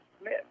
Smith